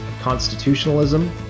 constitutionalism